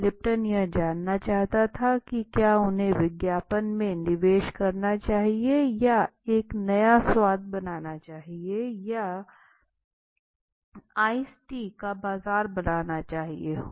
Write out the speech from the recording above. Lipton यह जानना चाहता था कि क्या उन्हें विज्ञापन में निवेश करना चाहिए या एक नया स्वाद बनाना चाहिए या आइस्ड टी का बाजार बनाना चाहिए